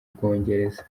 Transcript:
bwongereza